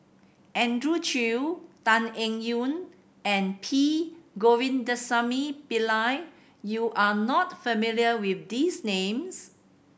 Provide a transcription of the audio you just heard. Andrew Chew Tan Eng Yoon and P Govindasamy Pillai you are not familiar with these names